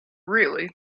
really